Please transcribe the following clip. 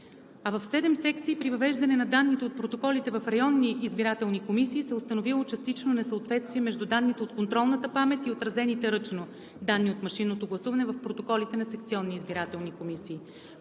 седем секции при въвеждане на данните от протоколите в районни избирателни комисии се е установило частично несъответствие между данните от контролната памет и отразените ръчно данни от машинното гласуване в протоколите на секционни избирателни комисии.